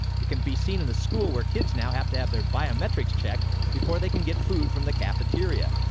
it can be seen in the school where kids now have to have their biometrics checked before they can get food from the cafeteria,